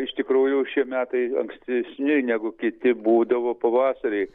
iš tikrųjų šie metai ankstesni negu kiti būdavo pavasarį